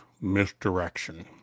misdirection